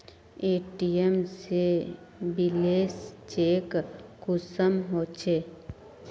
ATM से balance check कुंसम होचे?